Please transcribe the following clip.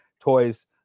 toys